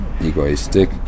egoistic